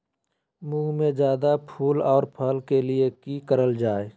मुंग में जायदा फूल और फल के लिए की करल जाय?